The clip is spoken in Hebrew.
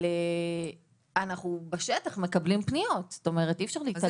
אבל אנחנו מקבלים בשטח פניות ואי אפשר להתעלם מזה.